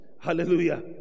Hallelujah